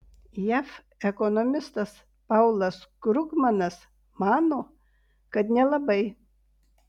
jav ekonomistas paulas krugmanas mano kad nelabai